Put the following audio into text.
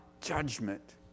judgment